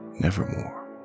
nevermore